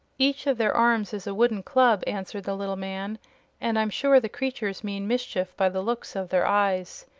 each of their arms is a wooden club, answered the little man and i'm sure the creatures mean mischief, by the looks of their eyes.